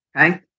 Okay